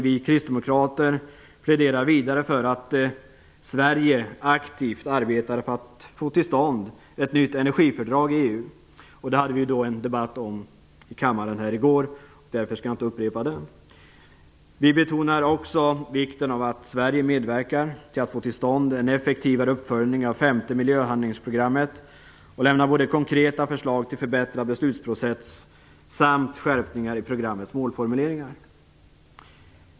Vi kristdemokrater pläderar vidare för att Sverige aktivt skall arbeta för att få till stånd ett nytt energifördrag i EU. Det hade vi en debatt om här i kammaren i går, och jag skall inte upprepa vad som sades då. Vi betonar också vikten av att Sverige medverkar till att få till stånd en effektivare uppföljning av femte miljöhandlingsprogrammet och lämnar konkreta förslag till både förbättrad beslutsprocess och skärpningar i programmets målformuleringar.